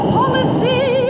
policy